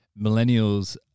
Millennials